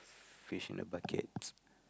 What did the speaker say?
fish in the buckets